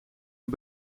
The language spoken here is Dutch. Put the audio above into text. een